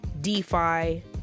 DeFi